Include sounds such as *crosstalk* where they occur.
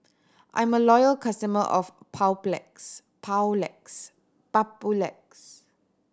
I'm a loyal customer of *unintelligible*